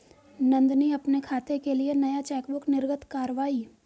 नंदनी अपने खाते के लिए नया चेकबुक निर्गत कारवाई